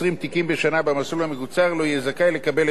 המקוצר לא יהיה זכאי לקבל החזר שכר טרחת עורך-דין